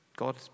God